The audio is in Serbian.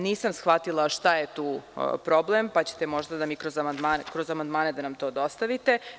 Nisam shvatila šta je tu problem, pa ćete možda kroz amandmane to da nam dostavite.